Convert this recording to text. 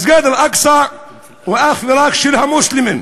מסגד אל-אקצא הוא אך ורק של המוסלמים.